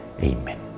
Amen